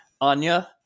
Anya